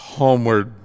homeward